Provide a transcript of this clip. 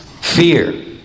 fear